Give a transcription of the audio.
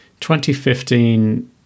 2015